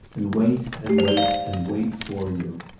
and wait and wait and wait for you.